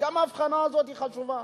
גם ההבחנה הזאת חשובה.